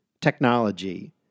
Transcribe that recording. Technology